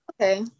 Okay